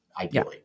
ideally